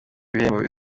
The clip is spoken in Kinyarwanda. bihembo